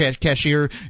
cashier